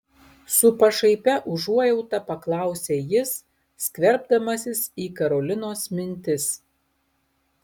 su pašaipia užuojauta paklausė jis skverbdamasis į karolinos mintis